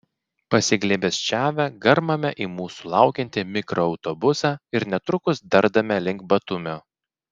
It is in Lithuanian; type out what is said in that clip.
pasiglėbesčiavę garmame į mūsų laukiantį mikroautobusą ir netrukus dardame link batumio